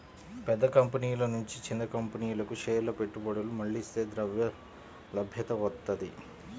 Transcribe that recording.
పెద్ద కంపెనీల నుంచి చిన్న కంపెనీలకు షేర్ల పెట్టుబడులు మళ్లిస్తే ద్రవ్యలభ్యత వత్తది